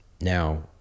Now